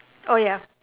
oh ya